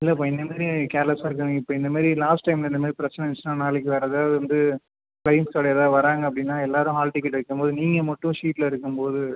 இல்லைப்பா இந்தமாரி கேர்லஸாக இருக்காதீங்க இப்போ இந்தமாரி லாஸ்ட் டைம்ல இந்தமாரி பிரச்சனை வந்துச்சுன்னா நாளைக்கு வேறு எதாவது வந்து ஃப்ளையிங் ஸ்குவாடு யாராவது வராங்க அப்படின்னா எல்லாரும் ஹால் டிக்கெட் வைக்கும்போது நீங்கள் மட்டும் ஷீட்டில இருக்கும்போது